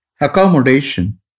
accommodation